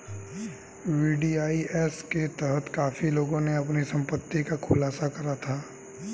VDIS के तहत काफी लोगों ने अपनी संपत्ति का खुलासा करा था